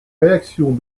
réaction